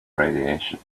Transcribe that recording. radiation